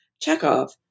Chekhov